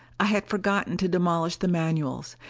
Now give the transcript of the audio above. i had forgotten to demolish the manuals.